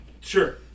Sure